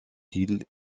hill